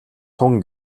тун